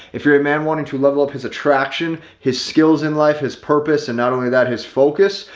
if you're a man wanting to level up his attraction, his skills in life has purpose. and not only that his focus,